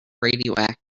radioactive